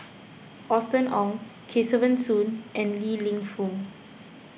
Austen Ong Kesavan Soon and Li Lienfung